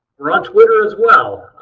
we're on twitter as well.